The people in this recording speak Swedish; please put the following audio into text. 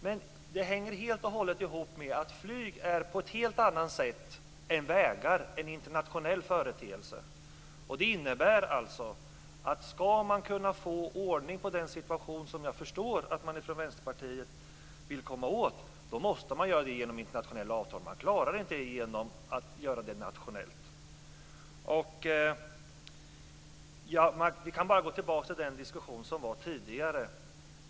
Men det hänger helt och hållet ihop med att flyg på ett helt annat sätt än vägar är en internationell företeelse. Det innebär alltså att ska man kunna få ordning på den situation som jag förstår att man från Vänsterpartiet vill komma åt, måste man göra det genom internationella avtal. Man klarar inte att göra det nationellt. Vi kan gå tillbaka till den diskussion som fördes tidigare.